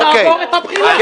תעבור את הבחינה.